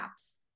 apps